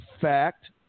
fact